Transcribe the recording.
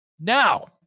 Now